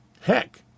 heck